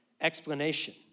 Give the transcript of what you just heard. explanation